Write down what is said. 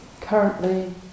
currently